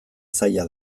zaila